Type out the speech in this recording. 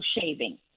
shaving